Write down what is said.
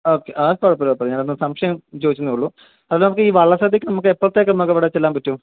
okay അത് കുഴപ്പമില്ല അപ്പം ഞാന് ഒന്ന് സംശയം ചോദിച്ചൂന്നെ ഉള്ളൂ അത് നമുക്ക് ഈ വള്ള സദ്യക്ക് നമുക്ക് എപ്പോഴത്തേക്ക് നമുക്ക് അവിടെ ചെല്ലാന് പറ്റും